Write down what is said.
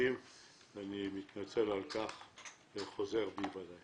מסוימים ואני מתנצל על כך וחוזר בי.